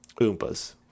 oompas